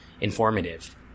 informative